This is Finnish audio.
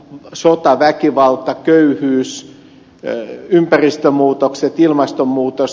sota väkivalta köyhyys ympäristömuutokset ilmastonmuutos